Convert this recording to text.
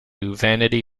vanity